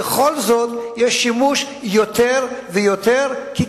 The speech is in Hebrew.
בכל זאת יש יותר ויותר שימוש במעברים,